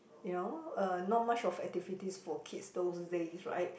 you know uh not much of activities for kids those days right